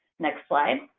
next slide.